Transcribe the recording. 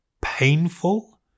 painful